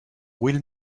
will